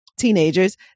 teenagers